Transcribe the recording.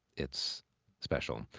it's special.